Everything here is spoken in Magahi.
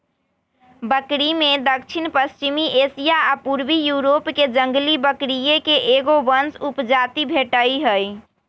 बकरिमें दक्षिणपश्चिमी एशिया आ पूर्वी यूरोपके जंगली बकरिये के एगो वंश उपजाति भेटइ हइ